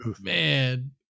man